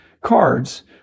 cards